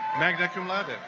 magna cum laude